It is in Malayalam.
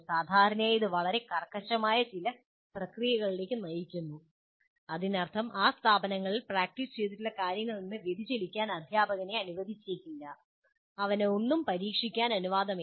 സാധാരണയായി ഇത് വളരെ കർക്കശമായ ചില പ്രക്രിയകളിലേക്ക് നയിക്കുന്നു അതിനർത്ഥം ആ സ്ഥാപനത്തിൽ പ്രാക്ടീസ് ചെയ്തിട്ടുള്ള കാര്യങ്ങളിൽ നിന്ന് വ്യതിചലിക്കാൻ അധ്യാപകനെ അനുവദിച്ചേക്കില്ല അവന് ഒന്നും പരീക്ഷിക്കാൻ അനുവാദമില്ല